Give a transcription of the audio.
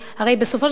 הרי בסופו של דבר,